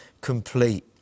complete